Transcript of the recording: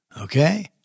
Okay